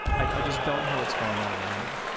i just don't hear what's going on around me.